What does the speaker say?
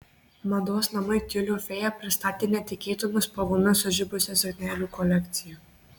mados namai tiulio fėja pristatė netikėtomis spalvomis sužibusią suknelių kolekciją